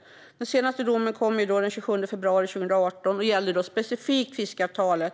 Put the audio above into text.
I den senaste domen, som kom den 27 februari 2018 och specifikt gällde fiskeavtalet,